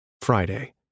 Friday